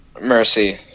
mercy